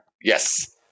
Yes